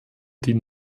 die